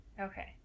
Okay